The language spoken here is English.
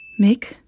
Mick